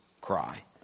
cry